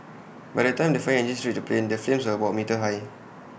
by the time the fire engines reached the plane the flames were about A metre high